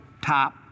top